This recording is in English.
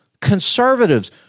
conservatives